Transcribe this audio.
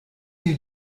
you